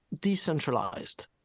decentralized